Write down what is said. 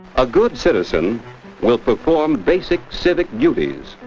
a good citizen will perform basic civic duties.